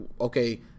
okay